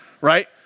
right